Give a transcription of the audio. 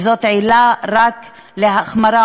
וזאת עילה רק להחמרה,